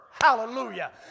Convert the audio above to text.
hallelujah